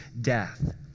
death